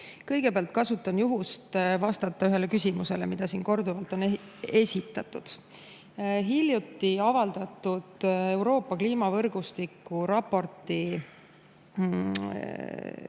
Kõigepealt kasutan juhust vastata ühele küsimusele, mida siin korduvalt on esitatud. Hiljuti avaldatud Euroopa kliimavõrgustiku raporti